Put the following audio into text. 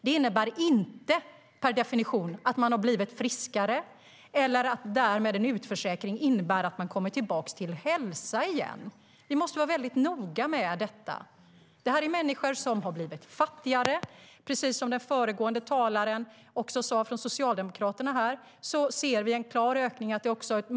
Det innebär inte per definition att man har blivit friskare eller att en utförsäkring innebär att man kommer tillbaka till hälsa igen. Vi måste vara noga med detta. Dessa människor har blivit fattigare. Precis som den tidigare talaren från Socialdemokraterna sa ser vi en klar ökning.